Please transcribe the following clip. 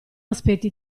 aspetti